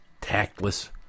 tactless